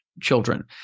children